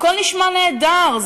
הכול נשמע נהדר.